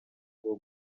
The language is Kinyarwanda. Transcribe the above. rwo